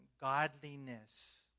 godliness